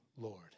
Lord